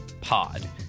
pod